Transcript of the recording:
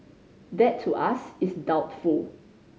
that to us is doubtful